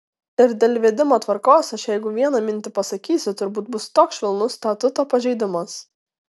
ir dėl vedimo tvarkos aš jeigu vieną mintį pasakysiu turbūt bus toks švelnus statuto pažeidimas